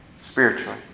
spiritually